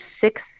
six